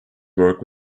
work